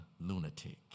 lunatic